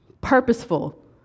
purposeful